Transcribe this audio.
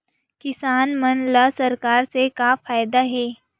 किसान मन ला सरकार से का फ़ायदा हे?